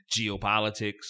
geopolitics